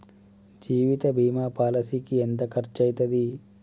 జీవిత బీమా పాలసీకి ఎంత ఖర్చయితది?